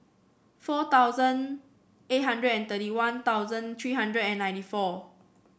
four thousand eight hundred and thirty One Thousand three hundred and ninety four